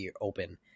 open